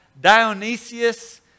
Dionysius